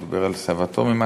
הוא דיבר על סבתו ממאוטהאוזן.